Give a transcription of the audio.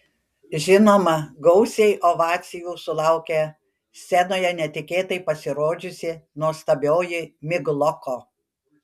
žinoma gausiai ovacijų sulaukė scenoje netikėtai pasirodžiusi nuostabioji migloko